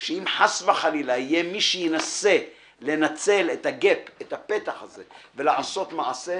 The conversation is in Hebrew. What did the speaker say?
שאם חס וחלילה יהיה מי שינסה לנצל את הפתח הזה ולעשות מעשה,